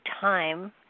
time